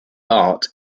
bart